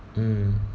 mm